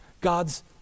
God's